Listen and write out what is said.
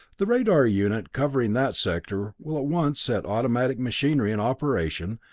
the radar unit covering that sector will at once set automatic machinery in operation,